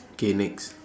K next